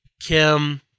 Kim